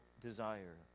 desire